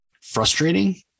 frustrating